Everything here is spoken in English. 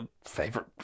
favorite